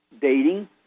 dating